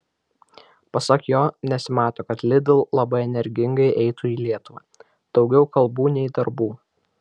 pasak jo nesimato kad lidl labai energingai eitų į lietuvą daugiau kalbų nei darbų